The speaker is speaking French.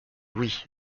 oui